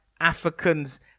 Africans